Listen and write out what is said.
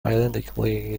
identically